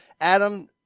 Adam